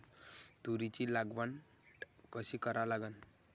तुरीची लागवड कशी करा लागन?